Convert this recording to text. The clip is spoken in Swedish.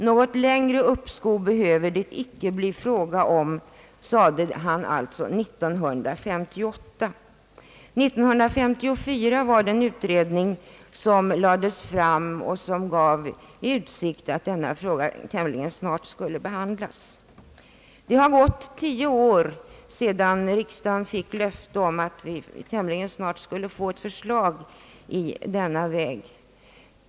Något längre uppskov behöver det icke bli fråga om, sade han alltså 1958. År 1954 lades en utredning fram, vilken ställde i utsikt att denna fråga tämligen snart skulle behandlas. Det har gått både tio och fjorton år sedan riksdagen fick löfte om att vi tämligen snart skulle få ett förslag i frågan.